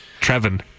Trevin